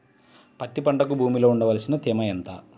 పత్తి పంటకు భూమిలో ఉండవలసిన తేమ ఎంత?